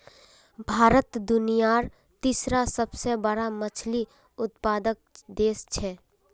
भारत दुनियार तीसरा सबसे बड़ा मछली उत्पादक देश छे